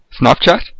Snapchat